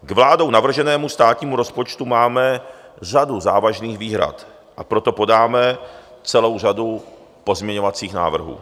K vládou navrženému státnímu rozpočtu máme řadu závažných výhrad, a proto podáme celou řadu pozměňovacích návrhů.